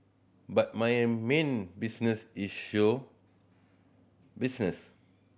but my main business is show business